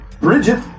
Bridget